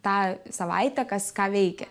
tą savaitę kas ką veikia